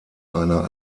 einer